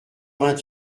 vingt